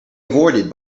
avoided